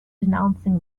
denouncing